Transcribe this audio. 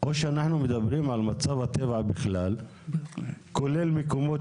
או שאנחנו מדברים על מצב הטבע בכלל כולל מקומות